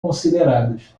consideradas